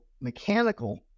mechanical